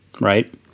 Right